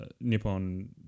Nippon